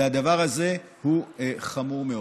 והדבר הזה הוא חמור מאוד.